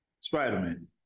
Spider-Man